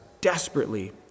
desperately